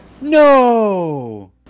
No